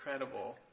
incredible